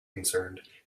concerned